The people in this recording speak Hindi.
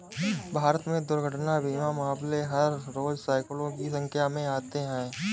भारत में दुर्घटना बीमा मामले हर रोज़ सैंकडों की संख्या में आते हैं